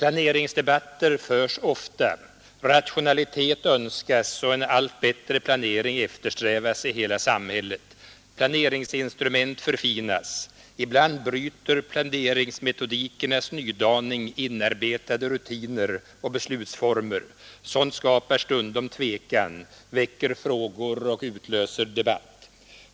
allt bättre planering eftersträvas i hela samhället. Planeringsinstrument Ibland bryter planeringsmetodikernas nydaning inarbetade rutiner och beslutsformer. Sådant skapar stundom tvekan, väcker frågor och utlöser debatt.